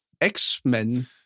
X-Men